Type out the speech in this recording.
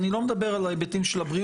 אבל לא ניתנה ארכה נוספת.